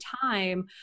time